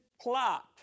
plot